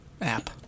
app